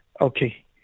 Okay